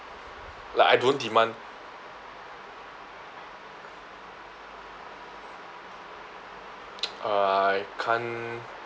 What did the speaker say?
like I don't demand I can't